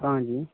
हां जी